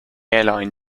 airline